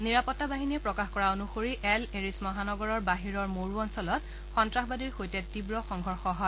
নিৰাপত্তা বাহিনীয়ে প্ৰকাশ কৰা অনুসৰি এল এৰিছ মহানগৰৰ বাহিৰৰ মৰু অঞ্চলত সন্নাসবাদীৰ সৈতে তীৱ সংঘৰ্ষ হয়